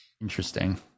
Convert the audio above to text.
Interesting